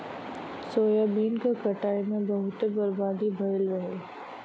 soybean क कटाई में बहुते बर्बादी भयल रहल